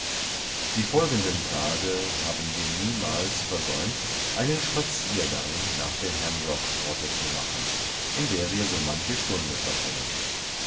die folgenden tage haben wir niemals versäumt einen spaziergang nach der ham rock grotte zu machen in der wir so manche stunde verbringen